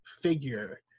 figure